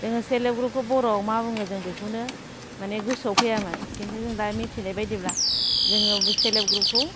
जोङो self help group खौ बर'आव मा बुङो जों बेखौनो जोंयो माने गोसोयाव फैयामोन दा जों मिथिनाय बादिबा जोङो सेल्फ हेल्प ग्रुप खौ